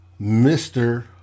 Mr